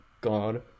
God